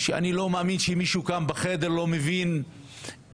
שאני לא מאמין שמישהו כאן בחדר לא מבין איזה